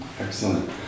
Excellent